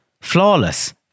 Flawless